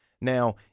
Now